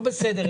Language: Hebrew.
בסדר.